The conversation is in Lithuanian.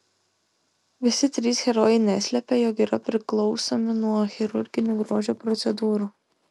visi trys herojai neslepia jog yra priklausomi nuo chirurginių grožio procedūrų